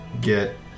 get